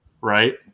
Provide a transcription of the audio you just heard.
Right